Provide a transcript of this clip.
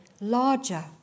larger